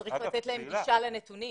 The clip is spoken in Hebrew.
צריך לתת להם גישה לנתונים.